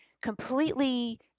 completely